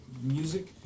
music